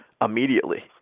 immediately